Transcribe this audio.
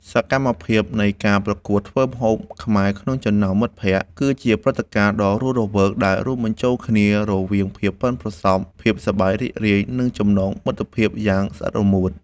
សកម្មភាពនៃការប្រកួតធ្វើម្ហូបខ្មែរក្នុងចំណោមមិត្តភក្តិ គឺជាព្រឹត្តិការណ៍ដ៏រស់រវើកដែលរួមបញ្ចូលគ្នារវាងភាពប៉ិនប្រសប់ ភាពសប្បាយរីករាយ និងចំណងមិត្តភាពយ៉ាងស្អិតរមួត។